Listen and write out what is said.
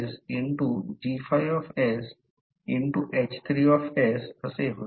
तर हे G4 G5H3 असे होईल